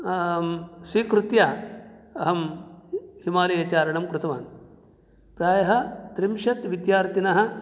स्वीकृत्य अहं हिमालयचारणं कृतवान् प्राय त्रिंशत् विद्यार्थिनः